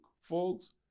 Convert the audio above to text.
folks